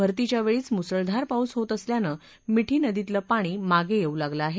भरतीच्या वेळीच मुसळधार पाऊस होत असल्यानं मिठी नदीतली पाणी मागे येऊ लागलं आहे